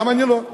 גם אני לא.